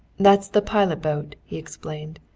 that's the pilot boat, he explained.